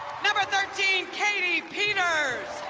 number thirteen, katie peters.